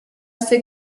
ser